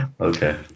Okay